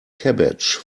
cabbage